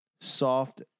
Soft